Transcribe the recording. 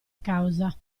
causa